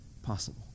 possible